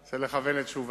אני רוצה לכוון את תשובתי.